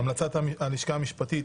המלצת הלשכה המשפטית היא